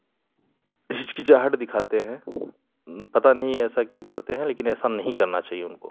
हिचकिचाहट दिखाते हैं पता नहीं ऐसा क्यों करते हैं लेकिन ऐसा नहीं करना चाहिए उनको